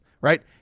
right